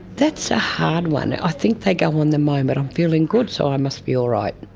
that's a hard one. i think they go on the moment i'm feeling good so i must be all right,